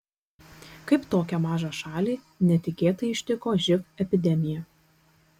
kaip tokią mažą šalį netikėtai ištiko živ epidemija